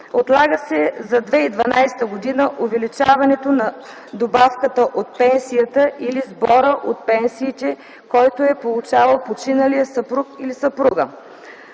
отлага се за 2012 г. увеличаването на добавката от пенсията или сбора от пенсиите, които е получавал починалият съпруг/съпруга;